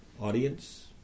audience